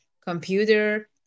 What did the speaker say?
computer